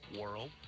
world